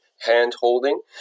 hand-holding